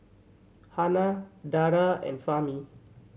Hana Dara and Fahmi